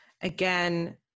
again